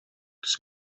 төс